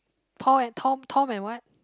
Paul and Tom Tom and what